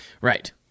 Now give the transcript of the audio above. Right